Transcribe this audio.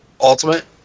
Ultimate